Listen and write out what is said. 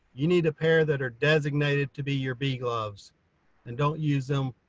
you need a pair that are designated to be your bee gloves and don't use them